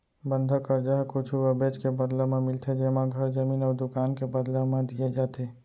बंधक करजा ह कुछु अबेज के बदला म मिलथे जेमा घर, जमीन अउ दुकान के बदला म दिये जाथे